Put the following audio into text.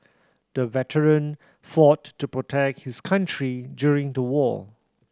the veteran fought to protect his country during the war